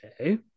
Okay